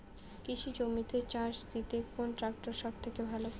কৃষি জমিতে চাষ দিতে কোন ট্রাক্টর সবথেকে ভালো?